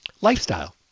Lifestyle